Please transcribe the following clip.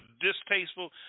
distasteful